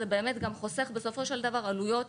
זה באמת גם חוסך בסופו של דבר עלויות